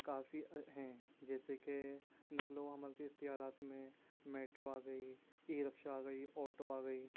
کافی ہیں جیسے ہے کہ نقل و حمل کے اختیارات میں میٹرو آ گئی ای رکشا آ گئی آٹو آ گئی